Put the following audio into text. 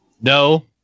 No